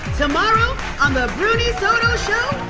tomorrow on the bruni soto show,